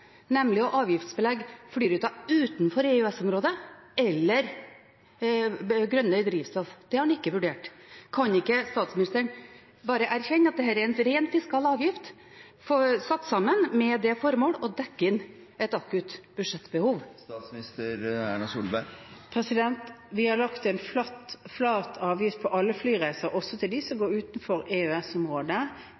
nemlig å avgiftsbelegge flyruter utenfor EØS-området eller drivstoff. Det har en ikke vurdert. Kan ikke statsministeren bare erkjenne at dette er en rent fiskal avgift satt sammen med det formål å dekke inn et akutt budsjettbehov? Vi har lagt en flat avgift på alle flyreiser, også dem som går utenfor